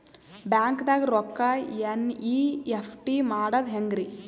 ಬ್ಯಾಂಕ್ದಾಗ ರೊಕ್ಕ ಎನ್.ಇ.ಎಫ್.ಟಿ ಮಾಡದ ಹೆಂಗ್ರಿ?